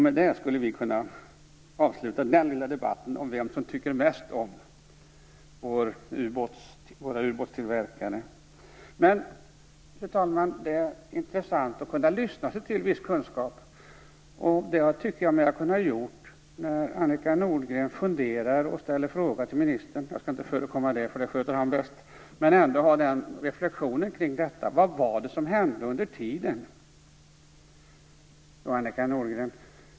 Med detta skulle vi kunna avsluta denna lilla debatt om vem som tycker mest om våra ubåtstillverkare. Fru talman! Det är intressant att kunna lyssna sig till viss kunskap. Det tycker jag mig ha kunnat gjort när Annika Nordgren funderar och ställer frågor till ministern. Jag skall inte förekomma svaret, för det sköter han bäst. Men vill ändå göra en reflexion. Vad var det som hände under tiden?, sade Annika Nordgren.